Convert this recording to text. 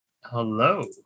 Hello